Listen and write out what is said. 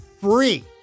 free